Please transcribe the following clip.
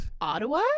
ottawa